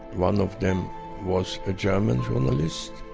one of them was a german journalist.